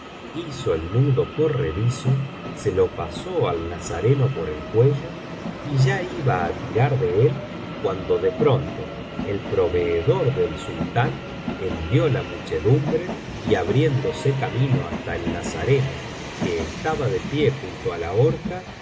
biblioteca valenciana generalitat valenciana las mil noches y una noche zareno por el cuello y ya iba á tirar de él cuando de pronto el proveedor del sultán hendió la muchedumbre y abriéndose camino hasta el nazareno que estaba de pie junto á la horca